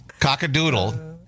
Cockadoodle